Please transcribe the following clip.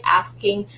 asking